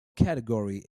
category